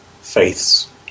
faiths